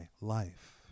life